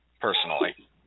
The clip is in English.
personally